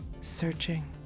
searching